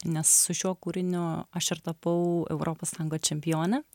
nes su šiuo kūriniu aš ir tapau europos tango čempione